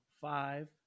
five